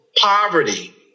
poverty